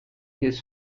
his